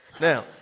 Now